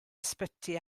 ysbyty